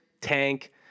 Tank